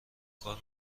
کار